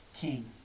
king